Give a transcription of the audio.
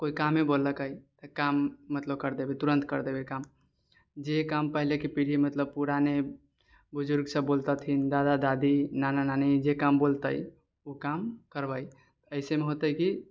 कोई कामे बोललकै काम मतलब कर देबै तुरन्त कर देबै काम जे काम हम पहले के पीढ़ी मतलब पुराने बुजुर्ग सब बोलतथिन मतलब दादा दादी नाना नानी जे काम बोलतै ओ काम करबै ऐसेमे होतै कि